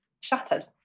shattered